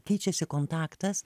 keičiasi kontaktas